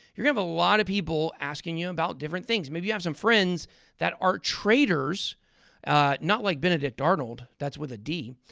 have a lot of people asking you about different things. maybe you have some friends that are traders not like benedict arnold. that's with a d.